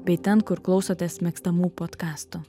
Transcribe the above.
bei ten kur klausotės mėgstamų podkastų